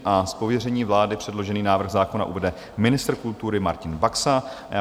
Z pověření vlády předložený návrh zákona uvede ministr kultury Martin Baxa.